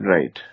Right